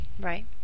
Right